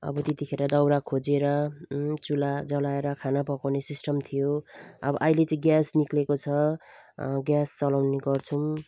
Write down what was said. अब त्यतिखेर दाउरा खोजेर चुला जलाएर खाना पकाउने सिस्टम थियो अब अहिले चाहिँ ग्यास निस्केको छ ग्यास चलाउने गर्छौँ